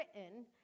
written